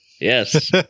Yes